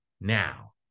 now